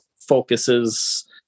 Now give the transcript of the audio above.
focuses